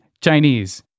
Chinese